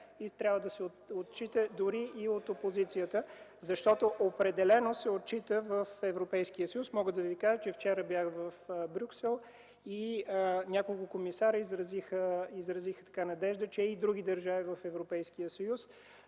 Трябва да се отчита, дори и от опозицията, защото определено се отчита в Европейския съюз. (Реплики от КБ.) Мога да ви кажа, че вчера бях в Брюксел и няколко комисаря изразиха надеждата, че и други държави в Европейския съюз